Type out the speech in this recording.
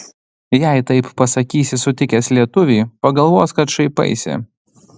jei taip pasakysi sutikęs lietuvį pagalvos kad šaipaisi